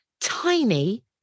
tiny